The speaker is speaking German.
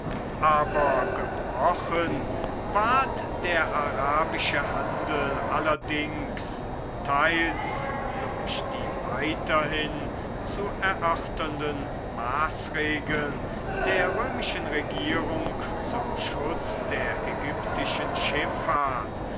aber gebrochen ward der arabische handel allerdings teils durch die weiterhin zu erörternden maßregeln der römischen regierung zum schutz der ägyptischen